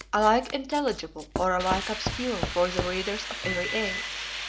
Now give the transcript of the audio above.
alike intelligible or alike obscure for the readers of every age.